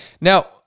now